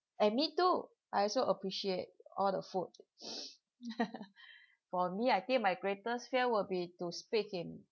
eh me too I also appreciate all the food for me I think my greatest fear will be to speak in